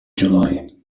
july